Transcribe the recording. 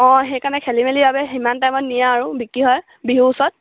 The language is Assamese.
অঁ সেইকাৰণে খেলি মেলি বাবে সিমান টাইমত নিয়ে আৰু বিক্ৰী হয় বিহুৰ ওচৰত